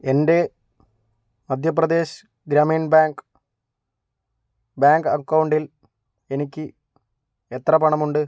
എൻ്റെ Madhya Pradesh Gramin bank bank അക്കൗണ്ടിൽ എനിക്ക് എത്ര പണമുണ്ട്